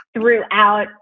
throughout